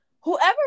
Whoever